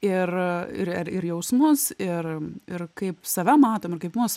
ir ir ir jausmus ir ir kaip save matom ir kaip mus